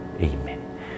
Amen